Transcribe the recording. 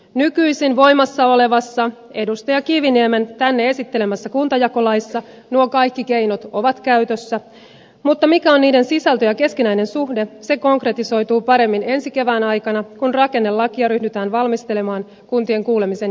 nykyisin voimassa olevassa edustaja kiviniemen tänne esittelemässä kuntajakolaissa nuo kaikki keinot ovat käytössä mutta mikä on niiden sisältö ja keskinäinen suhde se konkretisoituu paremmin ensi kevään aikana kun rakennelakia ryhdytään valmistelemaan kuntien kuulemisen jälkeen